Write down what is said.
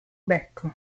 becco